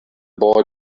boy